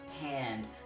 hand